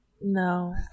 No